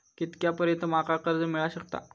कितक्या पर्यंत माका कर्ज मिला शकता?